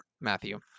Matthew